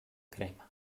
crema